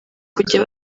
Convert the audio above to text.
kujya